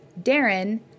Darren